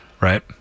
Right